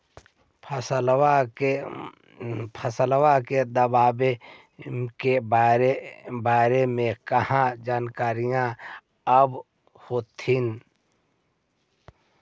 फसलबा के दबायें के बारे मे कहा जानकारीया आब होतीन?